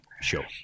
Sure